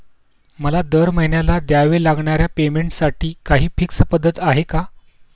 मला दरमहिन्याला द्यावे लागणाऱ्या पेमेंटसाठी काही फिक्स पद्धत आहे का?